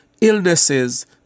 illnesses